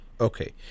okay